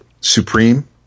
Supreme